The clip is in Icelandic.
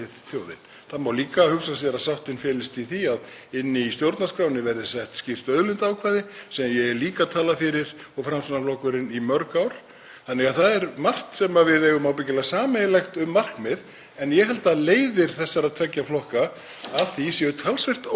ábyggilega margt sem við eigum sameiginlegt um markmið en ég held að leiðir þessara tveggja flokka að því séu talsvert ólíkar og þess vegna ekki (Forseti hringir.) hægt að koma hér upp og hækka röddina og segja: Komdu bara með í þessa vegferð. Af því að það er ekki sama vegferðin, ekki endilega.